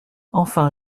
enfin